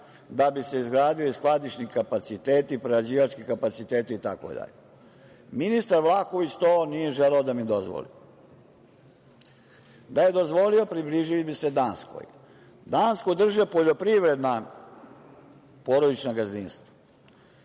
da bi se izgradili skladišni kapaciteti, prerađivački kapaciteti itd. Ministar Vlahović to nije želeo da mi dozvoli. Da je dozvolio, približili bi se Danskoj. Dansku drže poljoprivredna porodična gazdinstva. Mi